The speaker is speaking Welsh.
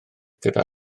gyda